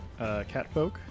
catfolk